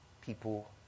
people